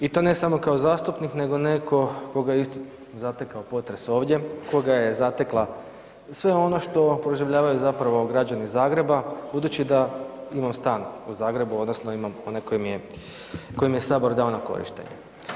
I to ne samo kao zastupnik nego neko koga je isto zatekao potres ovdje, koga je zatekla, sve ono što proživljavaju zapravo građani Zagreba budući da imam stan u Zagrebu odnosno imam onaj koji mi je sabor dao na korištenje.